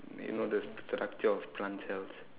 you know the structure of plant cells